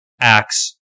acts